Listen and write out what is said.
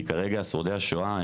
כי כרגע שורדי השואה,